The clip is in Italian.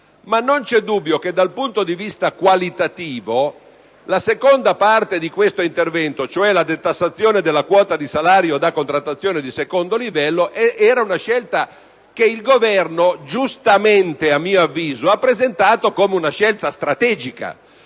Ma non c'è dubbio che, dal punto di vista qualitativo, la seconda parte di questo intervento, cioè la detassazione della quota di salario da contrattazione di secondo livello, era una scelta che il Governo giustamente - a mio avviso - ha presentato come strategica.